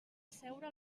asseure